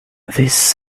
this